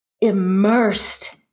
immersed